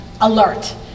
alert